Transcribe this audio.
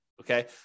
okay